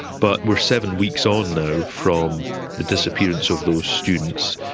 but we are seven weeks on now from the disappearance of those students,